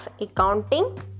accounting